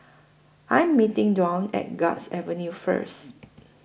I Am meeting Dwane At Guards Avenue First